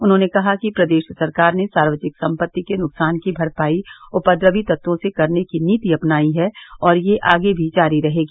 उन्होंने कहा कि प्रदेश सरकार ने सार्वजनिक संपत्ति के नुकसान की भरपाई उपद्रवी तत्वों से करने की नीति अपनायी है और यह आगे भी जारी रहेगी